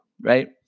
right